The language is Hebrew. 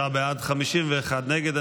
33 בעד, 51 נגד.